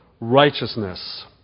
righteousness